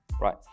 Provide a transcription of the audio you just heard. Right